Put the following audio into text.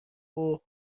اوه